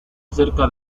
acerca